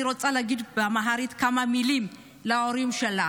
אני רוצה להגיד באמהרית כמה מילים להורים שלה